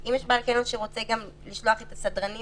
אם יש בעל קניון שרוצה לשלוח את הסדרנים